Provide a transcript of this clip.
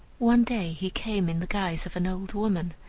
one day he came in the guise of an old woman,